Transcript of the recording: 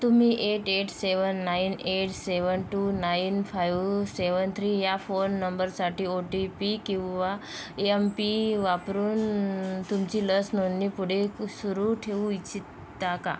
तुम्ही eight eight seven nine eight seven two nine five seven three या phone नंबरसाठी O T P किंवा यमपि वापरून तुमची लस नोंदणी पुढे सुरू ठेवू इच्छिता का